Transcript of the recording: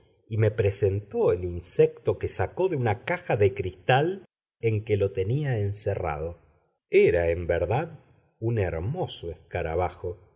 y me presentó el insecto que sacó de una caja de cristal en que lo tenía encerrado era en verdad un hermoso escarabajo